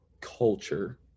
culture